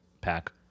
pack